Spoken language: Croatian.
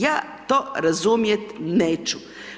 Ja to razumjet neću.